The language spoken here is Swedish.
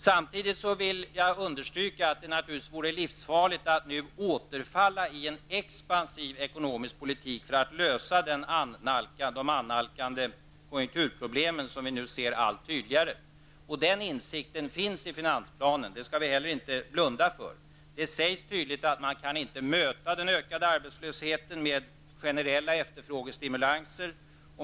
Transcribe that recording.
Samtidigt vill jag understryka att det naturligtvis vore livsfarligt att nu återfalla i en expansiv ekonomisk politik för att lösa de annalkande konjunkturproblem som vi nu ser allt tydligare. Den insikten finns i finansplanen -- det skall vi heller inte blunda för. Det sägs tydligt att man inte kan möta den ökande arbetslösheten med generella efterfrågestimulanser.